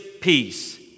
peace